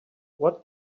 what